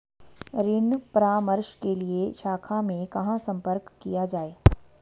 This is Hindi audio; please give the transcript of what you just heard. ऋण परामर्श के लिए शाखा में कहाँ संपर्क किया जाए?